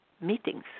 meetings